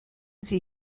sie